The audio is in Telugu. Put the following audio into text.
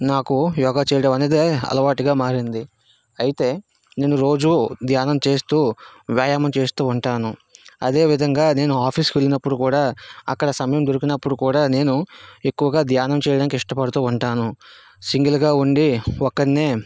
నాకు యోగా చేయడం అనేది అలవాటుగా మారింది అయితే నేను రోజూ ధ్యానం చేస్తూ వ్యాయామం చేస్తూ ఉంటాను అదే విధంగా నేను ఆఫీస్కి వెళ్ళినప్పుడు కూడా అక్కడ సమయం దొరికినప్పుడు కూడా నేను ఎక్కువగా ధ్యానం చేయడానికి ఇష్టపడుతూ ఉంటాను సింగిల్గా ఉండి ఒక్కడినే